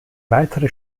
weitere